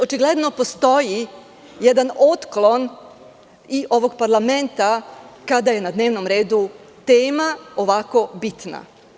Očigledno postoji i jedan otklon i ovog parlamenta kada je na dnevnom redu tema ovako bitna.